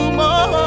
more